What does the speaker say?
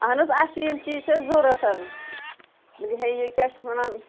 اَہَن حظ اَسہِ چھِ یِم چیٖز چھِ اَسہِ ضروٗرت یہِےَ یہِ کیٛاہ چھِ وَنان